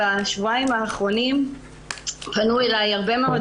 בשבועיים האחרונים פנו אלי הרבה מאוד